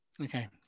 Okay